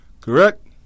Correct